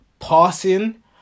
Passing